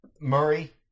Murray